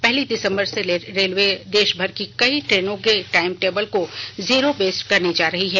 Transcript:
पहली से रेलवे देशभर की कई ट्रेनों के टाइम टेबल को जीरो बेस्ड करने जा रही है